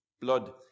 blood